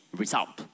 result